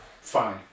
fine